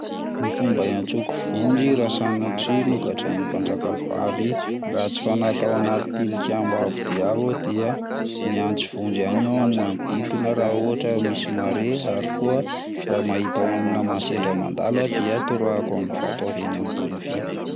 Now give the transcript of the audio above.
Ny fomba hiantsoko vonjy raha sanatria nogadrain'ny mpanjaka vavy ratsy fanahy tao anaty tilikambo avo dia avo aho dia miantso vonjy ihany aho amin'ny manodidina raha ohatra misy mahare, ary koa raha mahita olona ma- sendra mandalo aho dia torahako ny vato avy eny ambony avy eny.